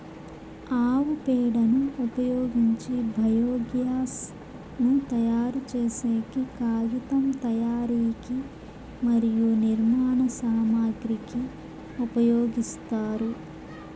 ఆవు పేడను ఉపయోగించి బయోగ్యాస్ ను తయారు చేసేకి, కాగితం తయారీకి మరియు నిర్మాణ సామాగ్రి కి ఉపయోగిస్తారు